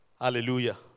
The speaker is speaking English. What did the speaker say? Hallelujah